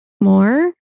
more